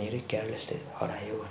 मेरै क्यारलेसले हरायो भन्ने